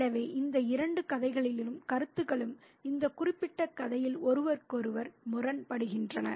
எனவே இந்த இரண்டு கதைகளின் கருத்துக்களும் இந்த குறிப்பிட்ட கதையில் ஒருவருக்கொருவர் முரண்படுகின்றன